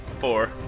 Four